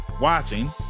watching